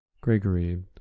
gregory